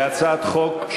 להצעת חוק,